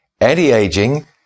Anti-aging